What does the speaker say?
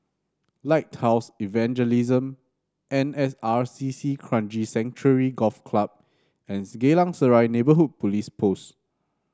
Lighthouse Evangelism N S R C C Kranji Sanctuary Golf Club and the Geylang Serai Neighbourhood Police Post